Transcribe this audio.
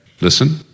Listen